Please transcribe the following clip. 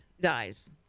dies